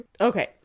Okay